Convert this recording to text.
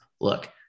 look